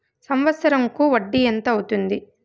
సంవత్సరం కు వడ్డీ ఎంత అవుతుంది?